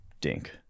dink